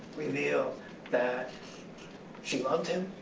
revealed that she loved him.